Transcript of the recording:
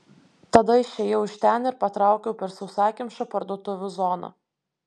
tada išėjau iš ten ir patraukiau per sausakimšą parduotuvių zoną